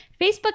Facebook